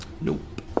Nope